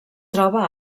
troba